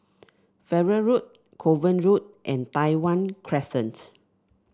Farrer Road Kovan Road and Tai Hwan Crescent